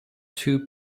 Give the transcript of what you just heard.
two